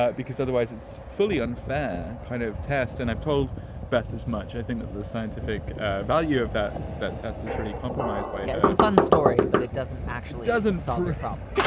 ah because otherwise it's fully unfair kind of test and i've told beth as much. i think that the scientific value of that that test is really compromised by a fun story, but it doesn't actually doesn't solve the problem